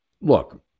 look